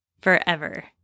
forever